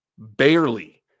barely